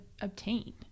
obtain